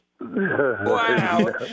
Wow